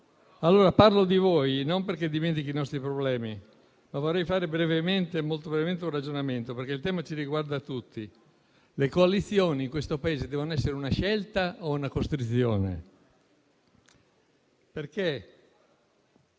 Parlo di voi, non perché dimentichi i nostri problemi, ma perché vorrei fare brevemente un ragionamento, perché il tema ci riguarda tutti. Le coalizioni in questo Paese devono essere una scelta o una costrizione? Non